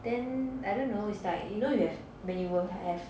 then I don't know it's like you know you have when you have